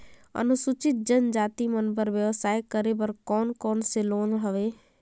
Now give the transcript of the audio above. अनुसूचित जनजाति मन बर व्यवसाय करे बर कौन कौन से लोन हवे?